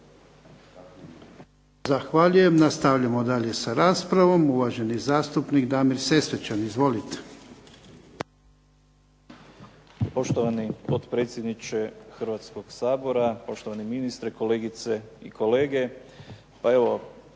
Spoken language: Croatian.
Zahvaljujem. Nastavljamo dalje s raspravom. Uvaženi zastupnik Damir Sesvečan, izvolite.